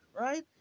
Right